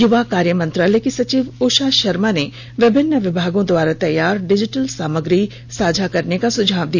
युवा कार्य मंत्रालय की सचिव ऊ था शर्मा ने विभिन्न विभागों द्वारा तैयार डिजिटल सामग्री साझा करने का सुझाव दिया